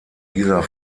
dieser